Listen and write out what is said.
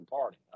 Party